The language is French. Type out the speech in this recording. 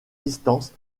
distance